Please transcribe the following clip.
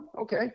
Okay